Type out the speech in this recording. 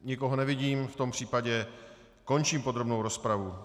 Nikoho nevidím, v tom případě končím podrobnou rozpravu.